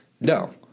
no